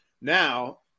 Now